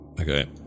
Okay